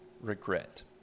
Regret